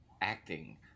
acting